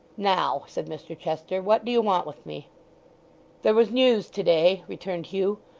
now, said mr chester, what do you want with me there was news to-day returned hugh.